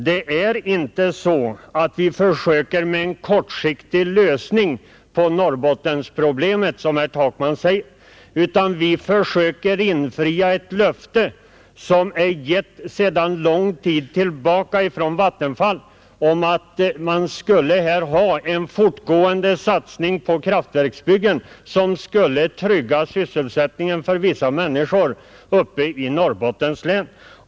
Det är inte så att vi försöker med en kortsiktig lösning på Norrbottensproblemet, som herr Takman säger, utan vi försöker infria ett löfte som är givet sedan lång tid tillbaka från Vattenfall om att man skulle ha en fortgående satsning på kraftverksbyggen som skulle trygga sysselsättningen för vissa människor uppe i Norrbottens län.